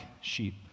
sheep